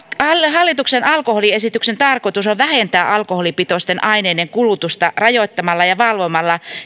hallituksen alkoholiesityksen tarkoitus on vähentää alkoholipitoisten aineiden kulutusta rajoittamalla ja valvomalla